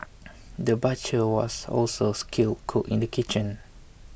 the butcher was also skilled cook in the kitchen